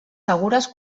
segures